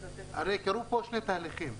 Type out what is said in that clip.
הרי קרו פה שני תהליכים.